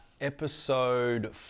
episode